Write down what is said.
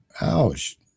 Ouch